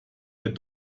der